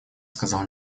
сказал